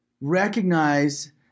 recognize